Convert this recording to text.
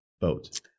boat